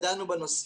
עלה